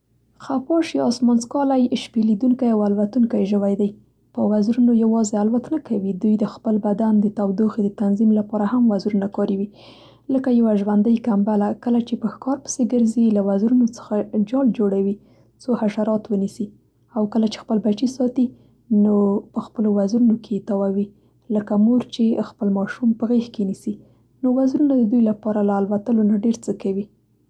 خفاش یا آسمان څکالی شپې لیدونکی او الوتونکی ژوی دی. په وزرونو یوازې الوت نه کوي. دوی د خپل بدن د تودوخې د تنظیم لپاره هم وزرونه کاروي، لکه یوه ژوندۍ کمبله. کله چې په ښکار پسې ګرځي له وزرونو څخه جال جوړوي څو حشرات ونیسي. او کله چې خپل بچي ساتي، نو په خپلو وزرونو کې یې تاووي، لکه مور چې خپل ماشوم په غېږ کې نیسي. نو، وزرونه د دوی لپاره له الوتلو نه ډېر څه کوي.